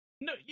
No